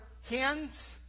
hands